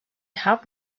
have